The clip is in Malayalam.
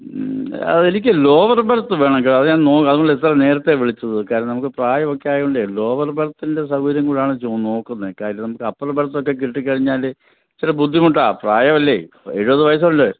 അതെനിക്ക് ലോവർ ബർത്ത് വേണം കേ അത് ഞാൻ നോ അതുകൊണ്ടാ ഇത്ര നേരത്തെ വിളിച്ചത് കാരണം നമുക്ക് പ്രായവൊക്കെ ആയോണ്ടെ ലോവർ ബെർത്തിൻ്റെ സൗകര്യങ്ങളാണ് നോക്കുന്നത് കാര്യം നമുക്ക് അപ്പർ ബെർത്തൊക്കെ കിട്ടിക്കഴിഞ്ഞാൽ ഇച്ചിരി ബുദ്ധിമുട്ടാണ് പ്രായവല്ലേ എഴുപത് വയസ്സുണ്ട്